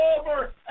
over